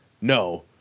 no